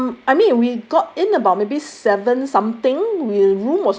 um I mean we got in about maybe seven something